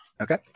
Okay